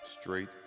Straight